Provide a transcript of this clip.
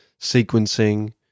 sequencing